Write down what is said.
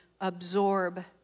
absorb